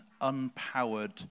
unpowered